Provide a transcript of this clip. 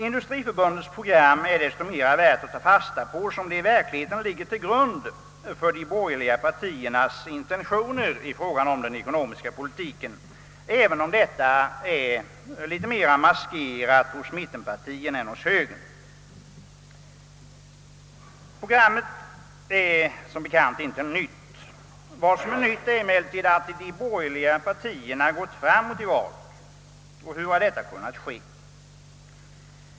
Industriförbundets program är desto mer värt att ta fasta på som det i verkligheten ligger till grund för de borgerliga partiernas intentioner i fråga om den ekonomiska politiken, även om detta är litet mer maskerat hos mittenpartierna än hos högern. Programmet är som bekant inte nytt. Vad som är nytt är emellertid, att de borgerliga partierna gått framåt i valet. Hur har detta kunnat ske?